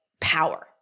power